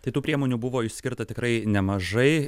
tai tų priemonių buvo išskirta tikrai nemažai